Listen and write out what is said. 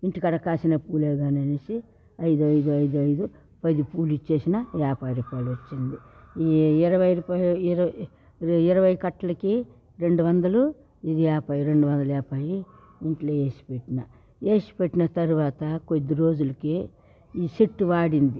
ఇంటికాడ కాసిన పూలే కదా అననేసి ఐదు ఐదు ఐదు ఐదు పది పూలు ఇచ్చేసినా యాభై రూపాయలు వచ్చింది ఈ ఇరవై రూపాయలు ఇ ఇరవై కట్టలకి రెండు వందలు ఇది యాభై రెండు వందల యాభై ఇంట్లో వేసి పెట్టిన వేసి పెట్టినా తరువాత కొద్దీ రోజులకి ఈ చెట్టు వాడింది